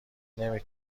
نمی